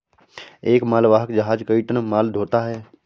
एक मालवाहक जहाज कई टन माल ढ़ोता है